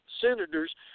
senators